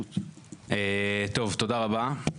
טוב, תודה רבה.